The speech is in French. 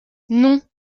non